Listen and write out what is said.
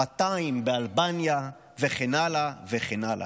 200 באלבניה וכן הלאה וכן הלאה.